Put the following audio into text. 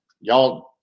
Y'all